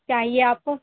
چاہیے آپ کو